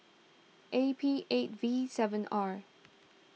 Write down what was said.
A P eight V seven R